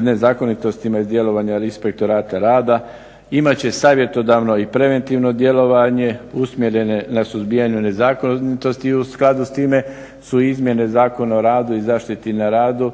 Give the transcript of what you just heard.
nezakonitostima iz djelovanja Inspektorata rada, imat će savjetodavno i preventivno djelovanje usmjereno na suzbijanju nezakonitosti i u skladu s time su izmjene Zakona o radu i zaštiti na radu